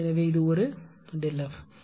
எனவே இது ஒரு ΔF கருத்து உள்ளது